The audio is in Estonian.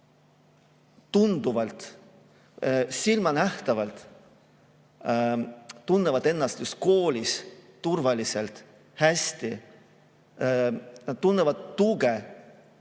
tunduvalt, silmanähtavalt tunnevad ennast just koolis turvaliselt ja hästi. Nad tunnevad tuge